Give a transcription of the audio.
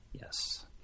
Yes